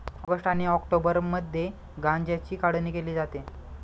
August आणि ऑक्टोबरमध्ये गांज्याची काढणी केली जाते